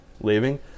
leaving